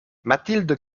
mathilde